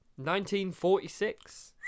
1946